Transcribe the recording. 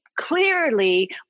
Clearly